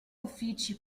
uffici